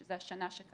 שזה השנה שקדמה